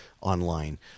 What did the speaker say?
online